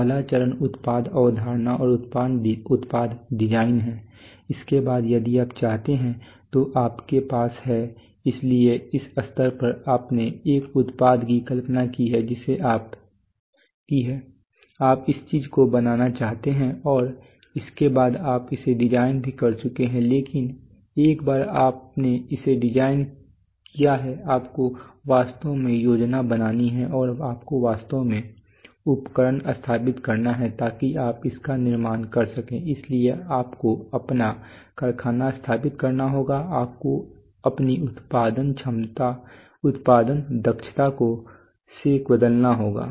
पहला चरण उत्पाद अवधारणा और उत्पाद डिजाइन है उसके बाद यदि आप चाहते हैं तो आपके पास है इसलिए इस स्तर पर आपने एक उत्पाद की कल्पना की है कि आप इस चीज को बनाना चाहते हैं और उसके बाद आप इसे डिजाइन भी कर चुके हैं लेकिन एक बार आप आपने इसे डिजाइन किया है आपको वास्तव में योजना बनानी है और आपको वास्तव में उपकरण स्थापित करना है ताकि आप इसका निर्माण कर सकें इसलिए आपको अपना कारखाना स्थापित करना होगा आपको अपनी उत्पादन दक्षता को बदलना होगा